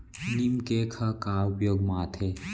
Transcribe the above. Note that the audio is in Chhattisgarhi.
नीम केक ह का उपयोग मा आथे?